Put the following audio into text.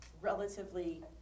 relatively